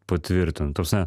patvirtintų ta prasme